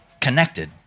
connected